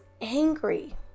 angry